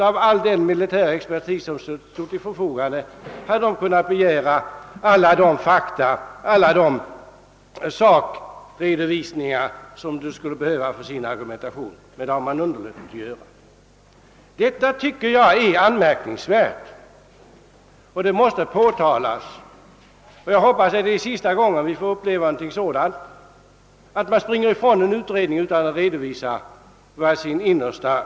Av den militära expertis som stod till förfogande hade de borgerliga kunnat erhålla alla de fakta och all den sakredovisning som de behövde för sin argumentation, men man underlät att begära att få ett sådant material och få det tryckt i betänkandet. Detta tycker jag är anmärkningsvärt och måste påtalas. Jag hoppas att det är sista gången vi får uppleva att man springer från en utredning utan att redovisa den uppfattning man innerst inne har.